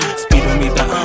speedometer